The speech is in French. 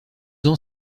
ans